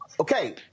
okay